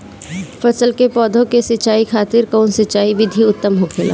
फल के पौधो के सिंचाई खातिर कउन सिंचाई विधि उत्तम होखेला?